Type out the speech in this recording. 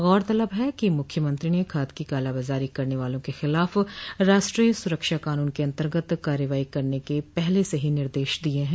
गौरतलब है कि मुख्यमंत्री ने खाद की कालाबाजारी करने वालों के खिलाफ राष्ट्रीय सुरक्षा कानून के अन्तर्गत कार्रवाई करने के पहले ही निर्देश दिये हैं